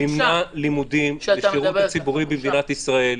-- קרן וקסנר מימנה לימודים לשירות הציבורי במדינת ישראל,